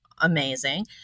amazing